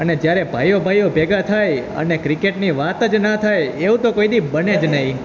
અને જ્યારે ભાઈઓ ભાઈઓ ભેગા થાય અને ક્રિકેટની વાત જ ન થાય એવું તો કદી બને જ નહીં